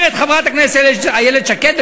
אומרת חברת הכנסת איילת שקד,